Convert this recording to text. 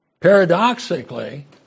Paradoxically